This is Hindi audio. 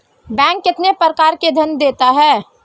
बैंक कितने प्रकार के ऋण देता है?